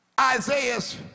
Isaiah's